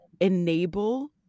enable